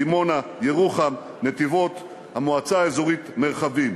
דימונה, ירוחם, נתיבות, המועצה האזורית מרחבים.